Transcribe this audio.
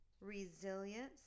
resilience